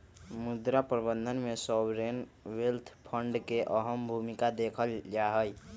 मुद्रा प्रबन्धन में सॉवरेन वेल्थ फंड के अहम भूमिका देखल जाहई